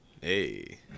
hey